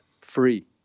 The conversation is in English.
free